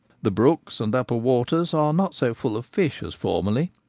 the brooks and upper waters are not so full of fish as formerly,